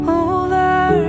over